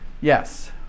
yes